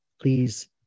Please